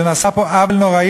נעשה פה עוול נוראי,